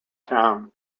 town